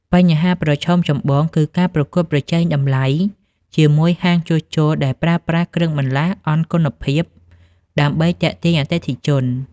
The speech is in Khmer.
បញ្ហាប្រឈមចម្បងគឺការប្រកួតប្រជែងតម្លៃជាមួយហាងជួសជុលដែលប្រើប្រាស់គ្រឿងបន្លាស់អន់គុណភាពដើម្បីទាក់ទាញអតិថិជន។